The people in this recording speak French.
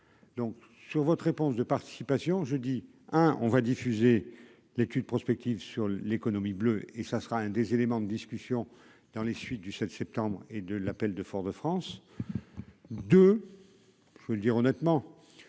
donc sur votre réponse de participation, je dis, hein, on va diffuser l'étude prospective sur l'économie bleue et ça sera un des éléments de discussion dans les suites du 7 septembre et de l'appel de Fort de France 2 je veux le dire honnêtement,